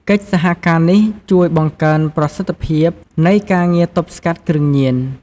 កិច្ចសហការនេះជួយបង្កើនប្រសិទ្ធភាព នៃការងារទប់ស្កាត់គ្រឿងញៀន។